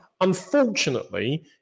Unfortunately